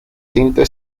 tinte